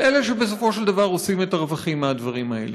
על אלה שבסופו של דבר עושים את הרווחים מהדברים האלה.